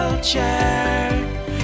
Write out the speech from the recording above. Culture